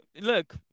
look